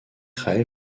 ray